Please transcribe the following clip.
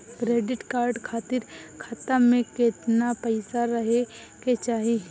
Credit card खातिर खाता में केतना पइसा रहे के चाही?